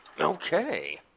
Okay